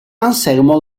anselmo